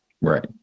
Right